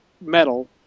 metal